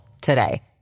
today